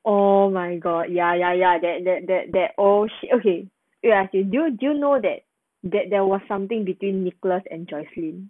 oh my god ya ya ya that that that that oh shit okay ya do you do you know that that there was something between nicolas and joycelyn